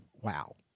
Wow